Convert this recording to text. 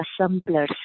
assemblers